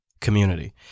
community